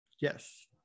Yes